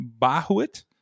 Bahut